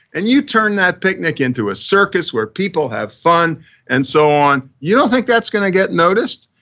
and you turn that picnic into a circus where people have fun and so on. you don't think that's gonna get noticed?